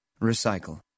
Recycle